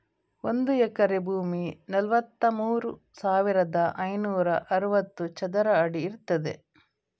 ಒಂದು ಎಕರೆ ಭೂಮಿ ನಲವತ್ತಮೂರು ಸಾವಿರದ ಐನೂರ ಅರವತ್ತು ಚದರ ಅಡಿ ಇರ್ತದೆ